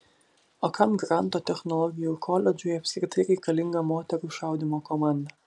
o kam granto technologijų koledžui apskritai reikalinga moterų šaudymo komanda